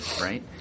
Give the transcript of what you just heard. right